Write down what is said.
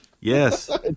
Yes